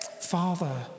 Father